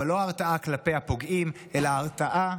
אבל לא הרתעה כלפי הפוגעים אלא ההרתעה